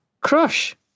Crush